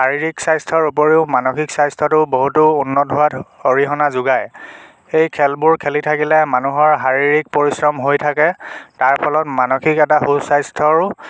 শাৰীৰিক স্বাস্থ্যৰ উপৰিও মানসিক স্বাস্থ্যটো বহুতো উন্নত হোৱাত অৰিহণা যোগায় সেই খেলবোৰ খেলি থাকিলে মানুহৰ শাৰীৰিক পৰিশ্ৰম হৈ থাকে তাৰ ফলত মানসিক এটা সু স্বাস্থ্যৰো